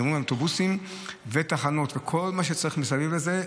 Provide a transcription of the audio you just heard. מדברים על אוטובוסים ותחנות וכל מה שצריך מסביב לזה,